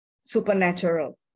Supernatural